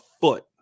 foot